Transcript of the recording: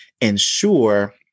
ensure